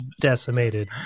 decimated